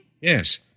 Yes